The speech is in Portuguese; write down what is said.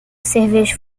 cerveja